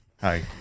Hi